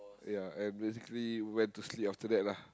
ya and basically went to sleep after that lah